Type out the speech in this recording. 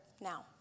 now